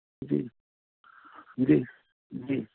जी जी जी